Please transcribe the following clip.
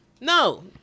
No